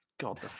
God